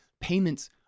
Payments